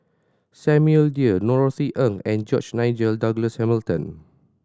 Samuel Dyer Norothy Ng and George Nigel Douglas Hamilton